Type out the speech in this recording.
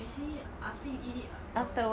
actually after you eat it uh oh